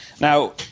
Now